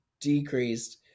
Decreased